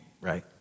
right